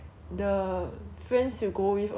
the diff~ like different friends you go with hor